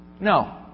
No